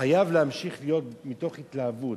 ימשיך להיות מתוך התלהבות.